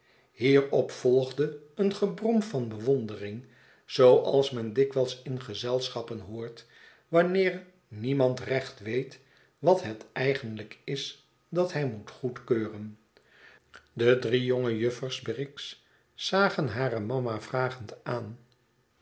hierop volgde een gebrom van bewondering zooals men dikwijls in gezelschappen hoort wanneer niemand recht weet wat het eigenlijk is dat hij moet goedkeuren de drie jonge juffers briggs zagen hare mama vragend aan